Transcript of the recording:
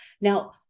Now